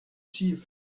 schief